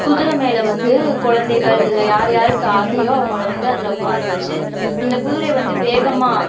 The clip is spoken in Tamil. குதிரை மேலே வந்து குழந்தைகள் இல்லை யார் யாருக்கு ஆசையோ அவங்கள வந்து அதில் உட்கார வச்சு அந்த குதிரையை வந்து வேகமாக